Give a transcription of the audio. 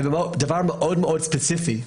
דבר מאוד ספציפי.